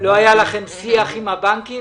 לא היה לכם שיח עם הבנקים?